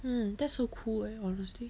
mm that's so cool eh honestly